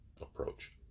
approach